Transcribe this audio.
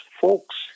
folks